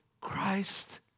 Christ